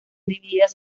divididas